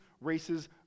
races